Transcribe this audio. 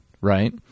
right